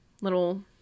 little